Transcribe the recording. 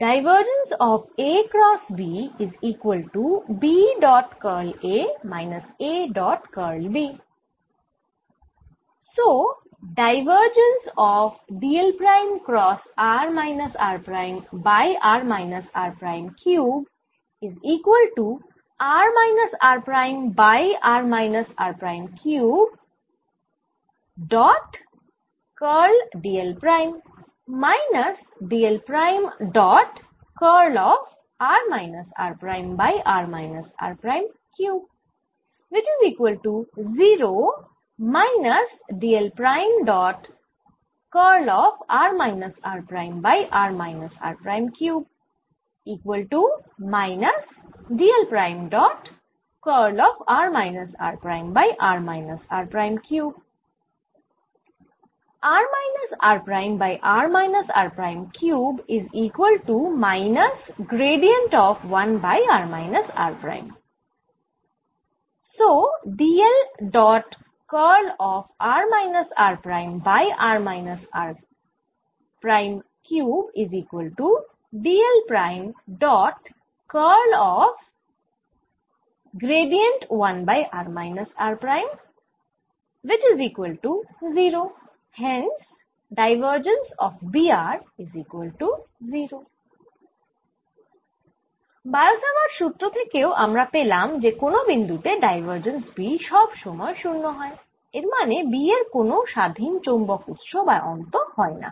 bio - Savart সুত্র থেকেও আমরা পেলাম যে কোন বিন্দু তে ডাইভার্জেন্স B সব সময় 0 হয় এর মানে B এর কোন স্বাধীন চৌম্বক উৎস বা অন্ত হয়না